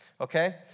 Okay